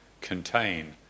contain